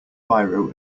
biro